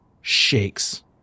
shakes